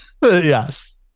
yes